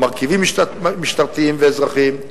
מרכיבים משטרתיים ואזרחיים,